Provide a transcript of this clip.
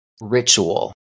ritual